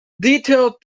detailed